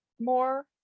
more